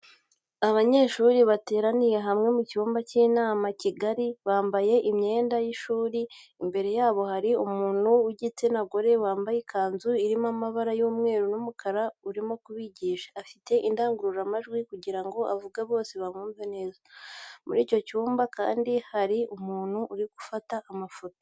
Abanyeshuri bateraniye hamwe mu cyumba cy'inama kigari bambaye imyenda y'ishuri, imbere yabo hari umuntu w'igitsina gore wambaye ikanzu irimo amabara y'umweu n'umukara urimo kubigisha, afite indangururamajwi kugira ngo avuge bose bamwumve neza. Muri icyo cyumba kandi hari umuntu uri gufata amafoto.